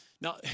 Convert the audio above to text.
Now